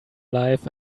life